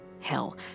Hell